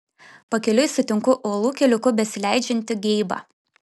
pakeliui sutinku uolų keliuku besileidžiantį geibą